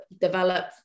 develop